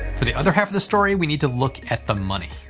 for the other half of the story we need to look at the money.